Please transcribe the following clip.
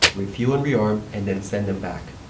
refuel and rearm, and then send them back.